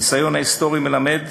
הניסיון ההיסטורי מלמד